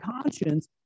conscience